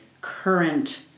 current